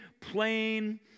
plain